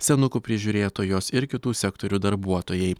senukų prižiūrėtojos ir kitų sektorių darbuotojai